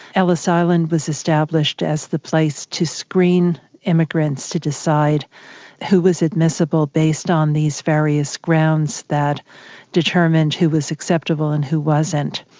ellis island was established as the place to screen immigrants to decide who was admissible based on these various grounds that determined who was acceptable and who wasn't.